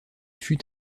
fut